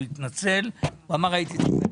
הוא התנצל, הוא אמר שהוא היה צריך לחכות